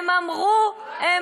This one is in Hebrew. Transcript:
הם אמרו "רק לא ביבי", "רק לא ביבי".